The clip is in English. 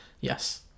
yes